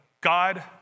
God